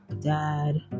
dad